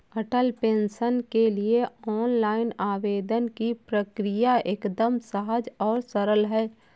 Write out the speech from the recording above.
अटल pension के लिए online आवेदन की प्रक्रिया एकदम सहज और सरल है